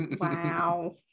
Wow